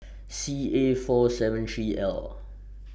C A four seven three L